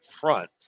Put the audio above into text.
front